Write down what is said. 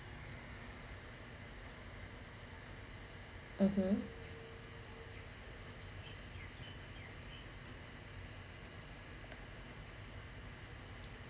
(uh huh)